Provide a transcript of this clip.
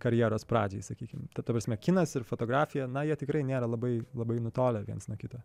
karjeros pradžiai sakykime ta prasme kinas ir fotografija na jie tikrai nėra labai labai nutolę viens nuo kito